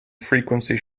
frequency